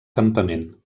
campament